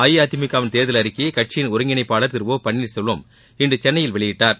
அஇஅதிமுக வின் தேர்தல் அறிக்கையை கட்சியின் ஒருங்கிணைப்பாளர் திரு ஓ பன்னீர்செல்வம் இன்று சென்னையில் வெளியிட்டார்